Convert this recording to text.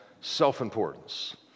self-importance